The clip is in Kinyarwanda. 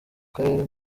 karere